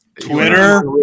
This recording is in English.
Twitter